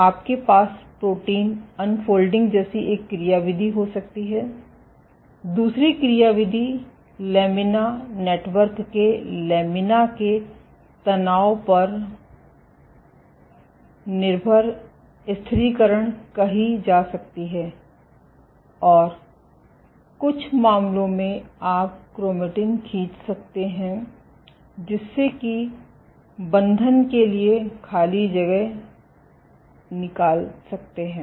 आपके पास protein unfolding जैसी एक क्रियाविधि हो सकती है दूसरी क्रियाविधि लैमिना नेटवर्क के लैमिना के तनाव पर निर्भर स्थिरीकरण कही जा सकती है और कुछ मामलों में आप क्रोमैटिन खींच सकते हैं जिससे कि बंधन के लिए खाली जगह निकल सकते हैं